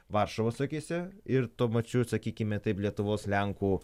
varšuvos akyse ir tuo pačiu sakykime taip lietuvos lenkų